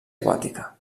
aquàtica